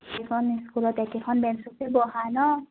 এখন স্কুলত একেখন বেঞ্চতে বহা ন